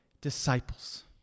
disciples